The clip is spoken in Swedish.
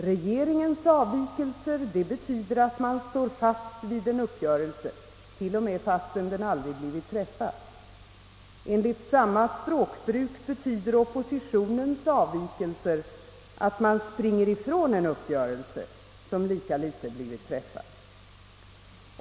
Regeringens avvikelser betyder att man står fast vid en uppgörelse — t.o.m. om den aldrig har blivit träffad. Enligt samma språkbruk betyder oppositionens avvikelser att man springer ifrån en uppgörelse — som lika litet har blivit träffad.